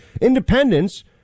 Independence